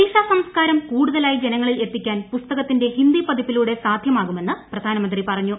ഒഡീഷാസംസ്കാരം കൂടുതലായി ജനങ്ങളിൽ എത്തിക്കാൻ പുസ്തകത്തിന്റെ ഹിന്ദിപതിപ്പിലൂടെ സാധൃമാകുമെന്ന് പ്രധാനമന്ത്രി പറഞ്ഞു